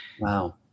Wow